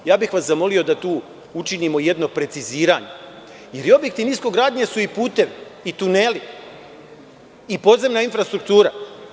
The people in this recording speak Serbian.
Zamolio bih vas da tu učinimo jedno preciziranje, jer objekti niskogradnje su i putevi i tuneli i podzemna infrastruktura.